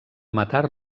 matar